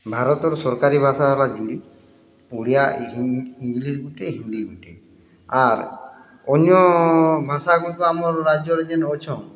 ଭାରତର ସରକାରୀ ଭାଷା ହେଲା ହିନ୍ଦୀ ଓଡ଼ିଆ ଇଂଲିଶ୍ ଗୁଟେ ହିନ୍ଦୀ ଗୁଟେ ଆର୍ ଅନ୍ୟ ଭାଷା ଗୁଡ଼ିକ ଆମ ରାଜ୍ୟରେ ଯେନ୍ ଅଛଁନ୍